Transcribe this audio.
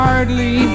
Hardly